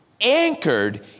anchored